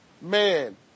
man